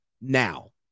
now